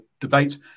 debate